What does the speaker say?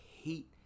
hate